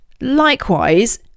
Likewise